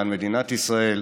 למען מדינת ישראל.